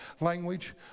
language